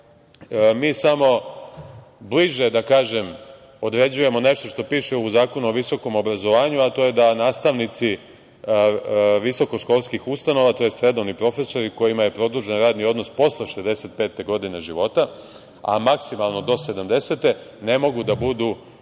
Mi smo bliže, da kažem, određujemo nešto što piše u Zakonu o visokom obrazovanju, a to je da nastavnici visokoškolskih ustanova tj. redovni profesori kojima je produžen radni odnos posle 65 godine života, a maksimalno do 70, ne mogu da budu birani